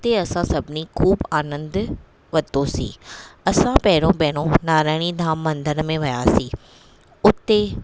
हुते असां सभिनी ख़ूबु आनंदु वरितोसीं असां पहिरों पहिरों नारायणी धाम मंदर में वियासीं उते